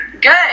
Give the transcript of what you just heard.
Good